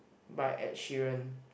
by Ed-Sheeran